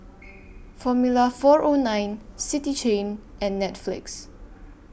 Formula four O nine City Chain and Netflix